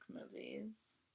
movies